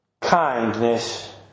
kindness